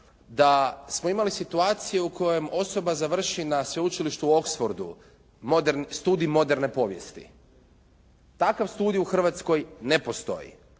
da smo imali situaciju u kojoj osoba završi na sveučilištu u Oxfordu studij moderne povijesti. Takav studij u Hrvatskoj ne postoji.